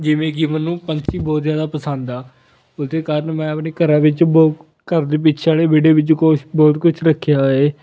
ਜਿਵੇਂ ਕਿ ਮੈਨੂੰ ਪੰਛੀ ਬਹੁਤ ਜ਼ਿਆਦਾ ਪਸੰਦ ਆ ਉਹਦੇ ਕਾਰਨ ਮੈਂ ਆਪਣੇ ਘਰਾਂ ਵਿੱਚ ਬਹੁ ਘਰ ਦੇ ਪਿੱਛੇ ਵਾਲੇ ਵਿਹੜੇ ਵਿੱਚ ਕੁਛ ਬਹੁਤ ਕੁਝ ਰੱਖਿਆ ਹੈ